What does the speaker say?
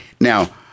Now